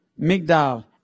Migdal